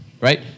right